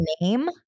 name